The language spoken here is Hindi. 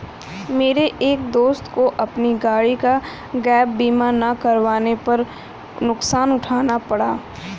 मेरे एक दोस्त को अपनी गाड़ी का गैप बीमा ना करवाने पर नुकसान उठाना पड़ा